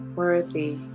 worthy